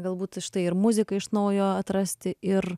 galbūt štai ir muziką iš naujo atrasti ir